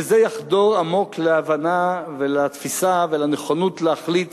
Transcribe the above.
שזה יחדור עמוק להבנה ולתפיסה ולנכונות להחליט